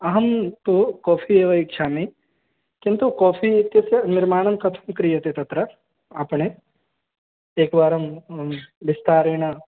अहं तु काफ़ी एव इच्छामि किन्तु काफ़ी इत्यस्य निर्माणं कथं क्रियते तत्र आपणे एकवारं विस्तारेण